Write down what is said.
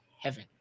heaven